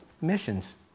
missions